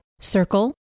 Circle